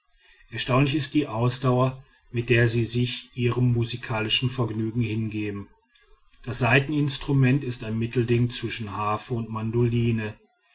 erstaunlich ist die ausdauer mit der sie sich ihrem musikalischen vergnügen hingeben das saiteninstrument ist ein mittelding zwischen harfe und mandoline